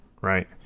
right